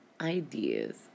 ideas